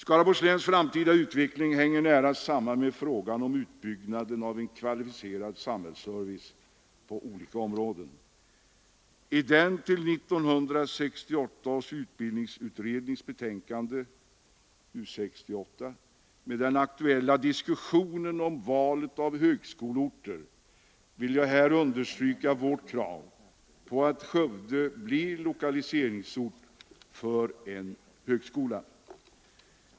Skaraborgs läns framtida utveckling hänger nära samman med frågan om utbyggnaden av en kvalificerad samhällsservice på olika områden. I den aktuella diskussionen om val av högskoleorter i anslutning till 1968 års utbildningsutrednings betänkande U 68 vill jag här understryka vårt krav på att Skövde blir lokaliseringsort för en högskola.